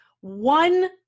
one